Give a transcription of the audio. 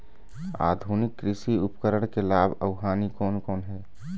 आधुनिक कृषि उपकरण के लाभ अऊ हानि कोन कोन हे?